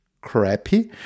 crappy